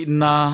na